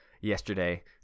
yesterday